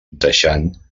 deixant